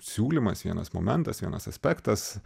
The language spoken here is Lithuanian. siūlymas vienas momentas vienas aspektas